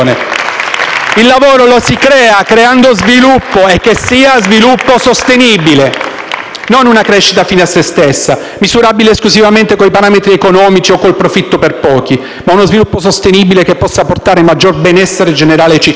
Il lavoro lo si crea creando sviluppo, e che sia sviluppo sostenibile; non una crescita a fine a se stessa, misurabile esclusivamente con i parametri economici o col profitto per pochi, ma uno sviluppo sostenibile che possa portare maggior benessere generale ai cittadini,